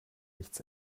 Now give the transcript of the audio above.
nichts